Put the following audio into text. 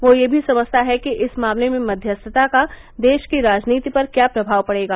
वह यह भी समझता है कि इस मामले में मध्यस्थता का देश की राजनीति पर क्या प्रभाव पड़ेगा